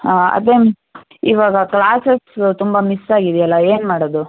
ಹಾಂ ಅದೇನು ಇವಾಗ ಕ್ಲಾಸಸ್ಸು ತುಂಬ ಮಿಸ್ ಆಗಿದೆಯೆಲ್ಲ ಏನು ಮಾಡೋದು